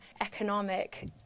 economic